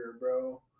bro